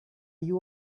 you